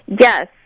Yes